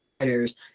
writers